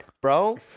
bro